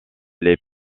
les